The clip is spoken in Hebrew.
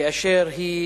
כשהיא